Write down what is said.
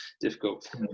Difficult